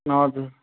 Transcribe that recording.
हजुर